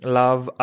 love